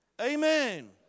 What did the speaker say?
Amen